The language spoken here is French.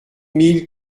mille